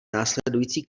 následující